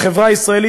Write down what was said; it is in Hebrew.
בחברה הישראלית,